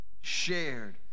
shared